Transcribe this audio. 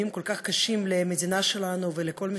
ימים כל כך קשים למדינה שלנו ולכל מי